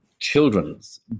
children's